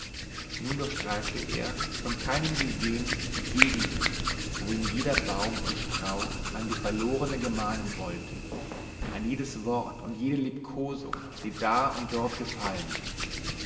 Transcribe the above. nun durchstreifte er von keinem gesehen die gegenden wo ihn jeder baum und strauch an die verlorene gemahnen wollte an jedes wort und jede liebkosung die da und dort gefallen